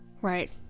right